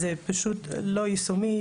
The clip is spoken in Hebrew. זה פשוט לא יישומי.